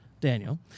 Daniel